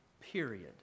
period